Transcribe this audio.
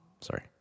sorry